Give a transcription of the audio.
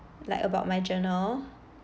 like about my journal